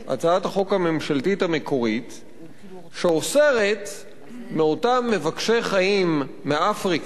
הצעת החוק הממשלתית המקורית שאוסרת על אותם מבקשי חיים מאפריקה,